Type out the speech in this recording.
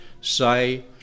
say